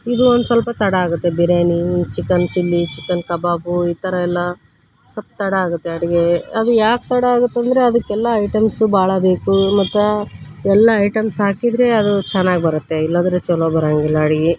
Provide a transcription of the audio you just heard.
ಇದು ಒಂದು ಸ್ವಲ್ಪ ತಡ ಆಗುತ್ತೆ ಬಿರ್ಯಾನಿ ಚಿಕನ್ ಚಿಲ್ಲಿ ಚಿಕನ್ ಕಬಾಬು ಈ ಥರ ಎಲ್ಲ ಸ್ವಲ್ಪ ತಡ ಆಗುತ್ತೆ ಅಡುಗೆ ಅದು ಯಾಕೆ ತಡ ಆಗುತ್ತಂದರೆ ಅದಕ್ಕೆಲ್ಲ ಐಟಮ್ಸು ಭಾಳ ಬೇಕು ಮತ್ತು ಎಲ್ಲ ಐಟಮ್ಸ್ ಹಾಕಿದರೆ ಅದು ಚೆನ್ನಾಗಿ ಬರುತ್ತೆ ಇಲ್ಲಾಂದರೆ ಛಲೋ ಬರೋಂಗಿಲ್ಲ ಅಡ್ಗೆ